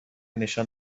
نشان